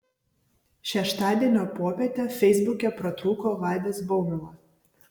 šeštadienio popietę feisbuke pratrūko vaidas baumila